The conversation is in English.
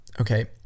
okay